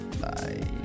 Bye